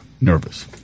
nervous